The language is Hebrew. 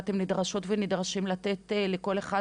ואתם נדרשות ונדרשים לתת לכל אחד